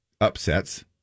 upsets